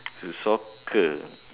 soccer